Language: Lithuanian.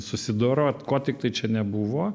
susidorot ko tiktai čia nebuvo